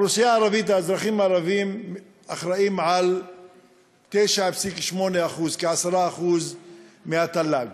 האזרחים הערבים אחראים ל-9.8% מהתל"ג,